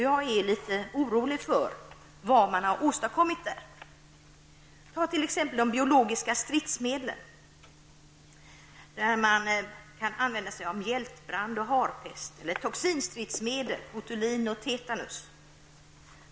Jag är litet orolig för vad man har åstadkommit på detta område. Ta till exempel de biologiska stridsmedlen, vid vars framställning man kan använda sig av mjältbrand och harpest eller toxinstridsmedel -- botulin och tetanus.